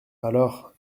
alors